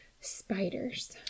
spiders